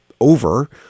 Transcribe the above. over